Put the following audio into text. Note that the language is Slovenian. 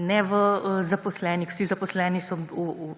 ne v zaposlenih, vsi zaposleni so